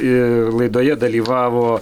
ir laidoje dalyvavo